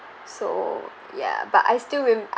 so ya but I still re~ I~